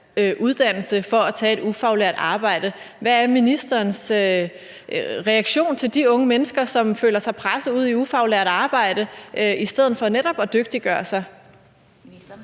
uddannelse for at tage et ufaglært arbejde. Hvad er ministerens reaktion til de unge mennesker, som føler sig presset ud i ufaglært arbejde i stedet for netop at dygtiggøre sig?